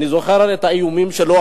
אני זוכר את האיומים שלו.